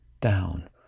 down